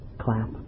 clap